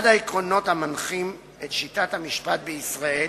אחד העקרונות המנחים את שיטת המשפט בישראל